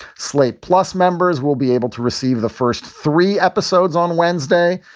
slate plus members will be able to receive the first three episodes on wednesday.